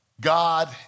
God